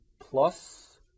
plus